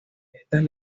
estas